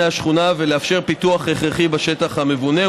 השכונה ולאפשר פיתוח הכרחי בשטח המבונה,